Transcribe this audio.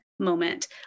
moment